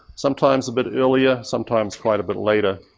sometimes a bit earlier, sometimes quite a bit later.